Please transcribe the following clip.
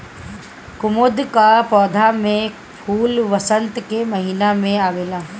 कुमुद कअ पौधा में फूल वसंत के महिना में आवेला